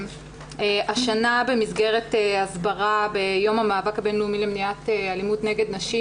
השנה במסגרת הסברה ביום המאבק הבינלאומי למניעת אלימות נגד נשים,